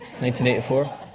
1984